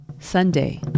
Sunday